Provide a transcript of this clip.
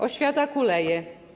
Oświata kuleje.